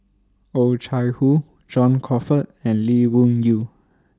Oh Chai Hoo John Crawfurd and Lee Wung Yew